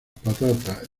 patatas